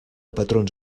patrons